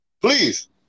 Please